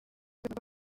rwo